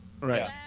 Right